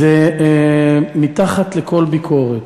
היא מתחת לכל ביקורת.